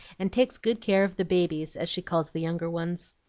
and takes good care of the babies as she calls the younger ones.